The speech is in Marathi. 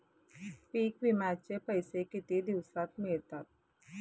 पीक विम्याचे पैसे किती दिवसात मिळतात?